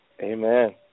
Amen